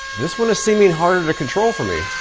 this one is seeming harder to control for me.